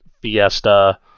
Fiesta